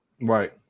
Right